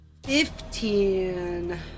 Fifteen